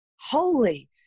holy